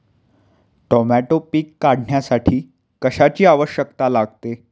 Tomato पीक काढण्यासाठी कशाची आवश्यकता लागते?